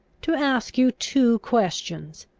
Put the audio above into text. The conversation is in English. to ask you two questions.